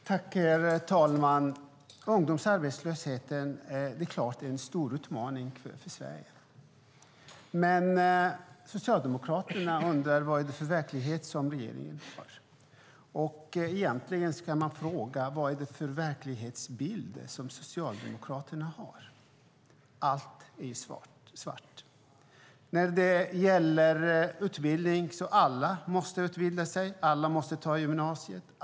Herr talman! Ungdomsarbetslösheten är en stor utmaning för Sverige. Socialdemokraterna undrar vilken verklighet regeringen ser framför sig, men egentligen ska man fråga vilken verklighetsbild Socialdemokraterna har. Allt är svart. Alla måste utbilda sig. Alla måste gå i gymnasiet.